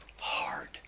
hard